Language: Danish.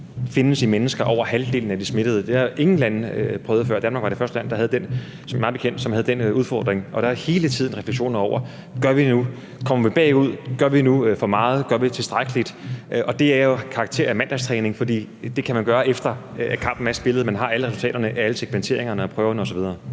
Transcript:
findes i mennesker, i over halvdelen af de smittede. Det har ingen lande jo prøvet før. Danmark var det første land – mig bekendt – som havde den udfordring, og der er jo hele tiden refleksioner over: Kommer vi bagud? Gør vi nu for meget? Gør vi tilstrækkeligt? Det har jo karakter af mandagstræning, fordi man kan gøre det, efter at kampen er spillet og man har alle resultaterne af alle segmenteringerne og prøverne osv.